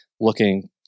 looking